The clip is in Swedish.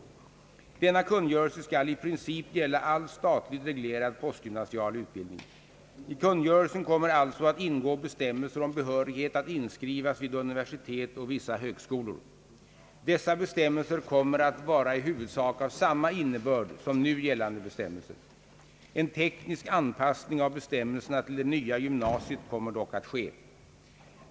Denna kungörelse skall i princip gälla all statligt reglerad postgymnasial utbildning. I kungörelsen kommer alltså att ingå bestämmelser om behörighet att inskrivas vid universitet och vissa högskolor. Dessa bestämmelser kommer att vara i huvudsak av samma innebörd som nu gällande bestämmelser. En teknisk anpassning av bestämmelserna till det nya gymnasiet kommer dock att ske.